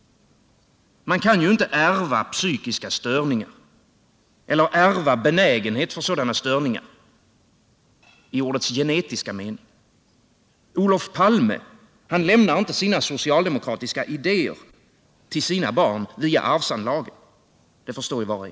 Man kan ju inte ärva psykiska störningar eller ärva benägenhet för sådana störningar i ordets genetiska mening. Olof Palme lämnar inte sina socialdemokratiska idéer till sina barn via arvsanlagen. Det förstår ju var och en.